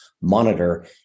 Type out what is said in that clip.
Monitor